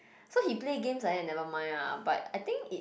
so he play games like that never mind ah but I think it